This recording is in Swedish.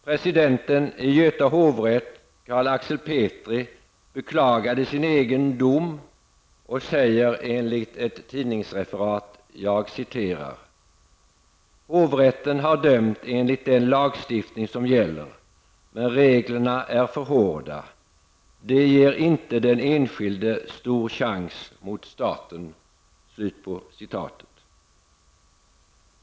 Presidenten i Göta hovrätt, Carl Axel Petri, beklagade sin egen dom och sade enligt ett tidningsreferat: ''Hovrätten har dömt enligt den lagstiftning som gäller, men reglerna är för hårda. De ger inte den enskilde stor chans mot staten''.